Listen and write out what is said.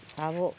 ᱟᱵᱚ